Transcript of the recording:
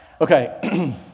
okay